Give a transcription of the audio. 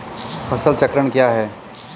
फसल चक्रण क्या है?